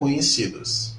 conhecidos